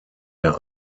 der